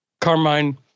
Carmine